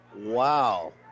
wow